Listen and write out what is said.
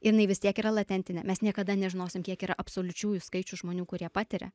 jinai vis tiek yra latentinė mes niekada nežinosim kiek yra absoliučiųjų skaičius žmonių kurie patiria